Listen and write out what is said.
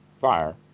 fire